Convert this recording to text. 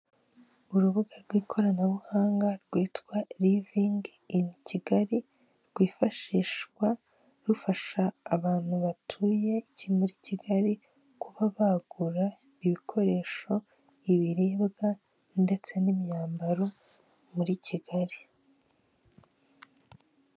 Urubuga rw'ikoranabuhanga rwitwa Livingi ini Kigali rwifashishwa rufasha abantu batuye iki muri Kigali kuba bagura ibikoresho ibiribwa ndetse n'imyambaro muri Kigali.